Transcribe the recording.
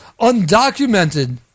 undocumented